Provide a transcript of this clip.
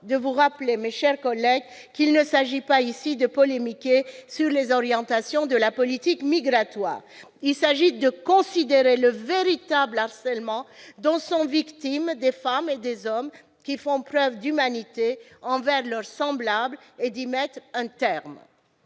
de vous rappeler, mes chers collègues, qu'il ne s'agit pas ici de polémiquer sur les orientations de la politique migratoire. Il s'agit de montrer le véritable harcèlement dont sont victimes des femmes et des hommes qui font preuve d'humanité envers leurs semblables et d'y mettre un terme.